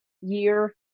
year